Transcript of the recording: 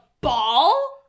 ball